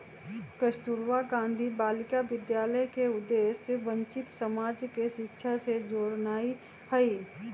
कस्तूरबा गांधी बालिका विद्यालय के उद्देश्य वंचित समाज के शिक्षा से जोड़नाइ हइ